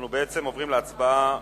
אנחנו בעצם עוברים להצבעה